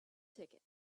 ticket